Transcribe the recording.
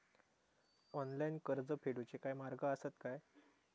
Online कर्ज फेडूचे काय मार्ग आसत काय?